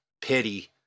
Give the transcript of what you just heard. pity